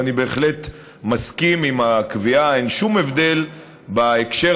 אני בהחלט מסכים לקביעה שאין שום הבדל בהקשר